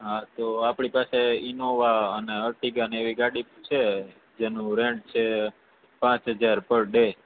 હા તો આપણી પાસે ઈનોવા અને અર્ટિગા ને એવી ગાડીઓ છે જેનું રેન્ટ છે પાંચ હજાર પર ડે